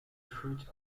fruit